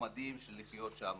נחמדים של לחיות שם.